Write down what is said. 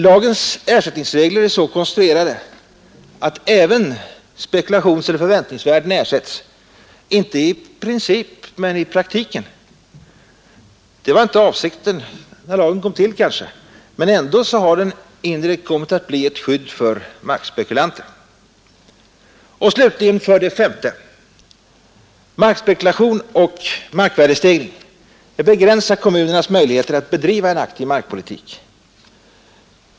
Lagens ersättningsregler är så konstruerade att även spekulationseller förväntningsvärden ersättes, inte i princip men i praktiken. Det var kanske inte avsikten när lagen kom till, men ändå har den indirekt kommit att bli ett skydd för markspekulanten. För det femte slutligen begränsar markspekulation och markvärdestegring kommunernas möjligheter att bedriva en aktiv markpolitik.